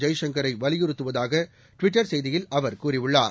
ஜெய்சங்கரை வலியுறுத்துவதாக ட்விட்டர் செய்தியில் அவர் கூறியுள்ளார்